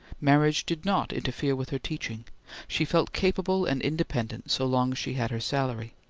marriage did not interfere with her teaching she felt capable and independent so long as she had her salary.